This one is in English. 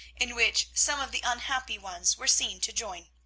in which some of the unhappy ones were seen to join.